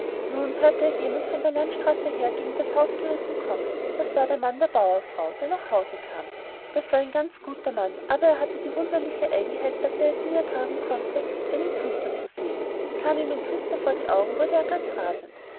nun hörte er jemand von der landstraße her gegen das haus geritten kommen das war der mann der bauerfrau der nach hause kam das war ein ganz guter mann aber er hatte die wunderliche eigenheit daß er es nie ertragen konnte einen küster zu sehen kam ihm ein küster vor die augen so wurde er ganz rasend